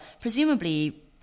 presumably